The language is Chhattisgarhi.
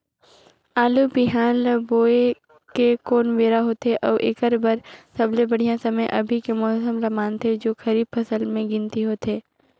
आलू बिहान ल बोये के कोन बेरा होथे अउ एकर बर सबले बढ़िया समय अभी के मौसम ल मानथें जो खरीफ फसल म गिनती होथै?